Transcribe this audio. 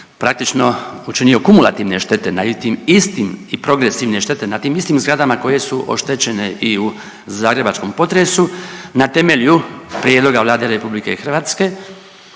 praktično učinio kumulativne štete na tim istim i progresivne štete na tim istim zgradama koje su oštećene i u zagrebačkom potresu na temelju prijedloga Vlade RH Europska